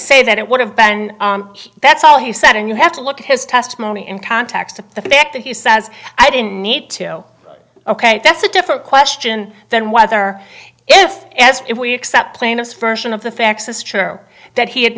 say that it would have ben that's all he said and you have to look at his testimony in context of the fact that he says i didn't need to ok that's a different question than whether if as if we accept plaintiff's version of the facts as true that he ad